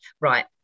right